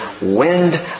wind